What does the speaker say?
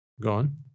Gone